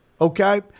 okay